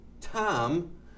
Tom